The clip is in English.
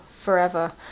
forever